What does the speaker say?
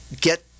get